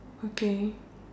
okay